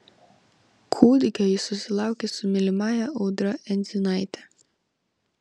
kūdikio jis susilaukė su mylimąja audra endzinaite